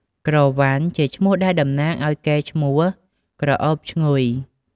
ក្រវ៉ាន់ ជាឈ្មោះដែលតំណាងឱ្យកេរ្តិ៍ឈ្មោះក្រអូបឈ្ងុយ។